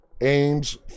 aims